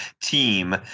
team